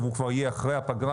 והוא כבר יהיה אחרי הפגרה,